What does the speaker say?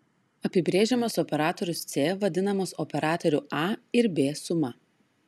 apibrėžiamas operatorius c vadinamas operatorių a ir b suma